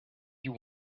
you